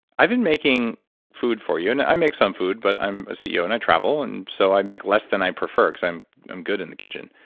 i've been making food for you, and i make some food but i'm a ceo and i travel. and so i make less than i prefer, because i'm good in the kitchen.